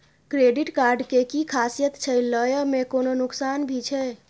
Credit card के कि खासियत छै, लय में कोनो नुकसान भी छै?